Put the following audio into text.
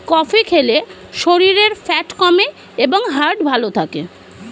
coffee খেলে শরীরের fat কমে এবং হার্ট ভালো থাকে